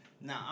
Now